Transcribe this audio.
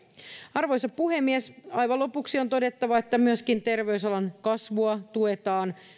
arvoisa puhemies aivan lopuksi on todettava että myöskin terveysalan kasvua tuetaan